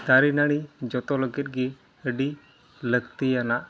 ᱫᱟᱨᱮᱼᱱᱟᱲᱤ ᱡᱚᱛᱚ ᱞᱟᱹᱜᱤᱫᱜᱮ ᱟᱹᱰᱤ ᱞᱟᱹᱠᱛᱤᱭᱟᱱᱟᱜ